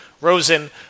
Rosen